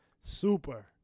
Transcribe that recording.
Super